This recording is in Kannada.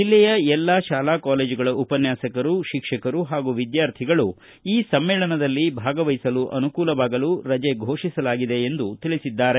ಜಿಲ್ಲೆಯ ಎಲ್ಲಾ ಶಾಲಾ ಕಾಲೇಜುಗಳ ಉಪನ್ಯಾಸಕರು ಶಿಕ್ಷಕರು ಹಾಗೂ ಮಕ್ಕಳು ಈ ಸಮ್ಮೇಳನದಲ್ಲಿ ಭಾಗವಹಿಸಲು ಅನುಕೂಲವಾಗಲು ರಜೆ ಘೋಷಿಸಲಾಗಿದೆ ಎಂದು ತಿಳಿಸಿದ್ದಾರೆ